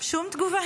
שום תגובה.